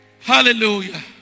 hallelujah